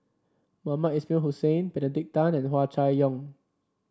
Mohamed Ismail Hussain Benedict Tan and Hua Chai Yong